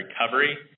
recovery